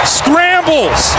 scrambles